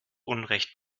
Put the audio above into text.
unrecht